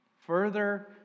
Further